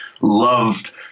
loved